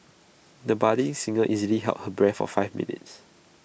the budding singer easily held her breath for five minutes